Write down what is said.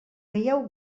veieu